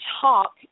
talk